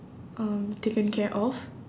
um taken care of